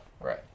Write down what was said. right